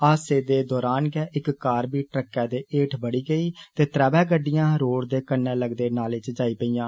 हादसे दे दौरान गै इक कार बी ट्रकै दे हेठ बड़ी गेई ते त्रेवे गड्डिये रोड दे कन्नै लगदे नाले च जाई पेइयां